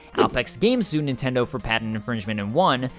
alpex games sued nintendo for patent infringement and won,